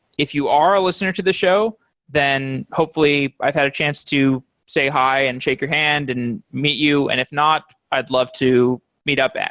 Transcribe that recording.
if you are a listener to the show then hopefully i've had a chance to say hi and shake your hand and meet you. and if not, i'd love to meet up,